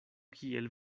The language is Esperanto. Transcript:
kiel